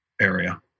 area